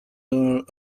are